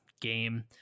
game